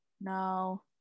no